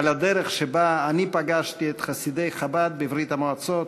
על הדרך שבה אני פגשתי את חסידי חב"ד בברית-המועצות,